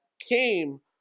came